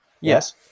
Yes